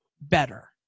better